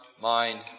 mind